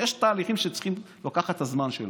יש תהליכים שצריכים הזמן שלהם.